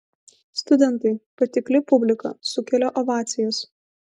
studentai patikli publika sukelia ovacijas